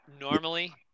Normally